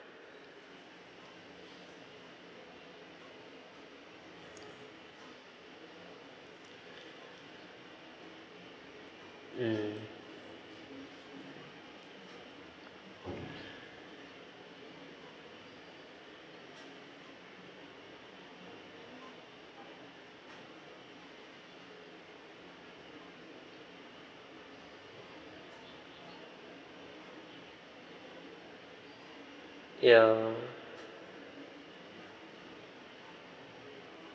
mm ya